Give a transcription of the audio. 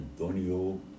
Antonio